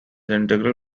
integral